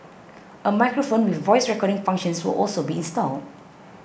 a microphone with voice recording functions will also be installed